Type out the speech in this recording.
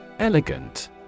Elegant